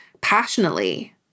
passionately